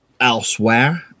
elsewhere